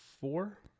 four